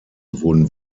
wurden